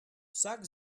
vsak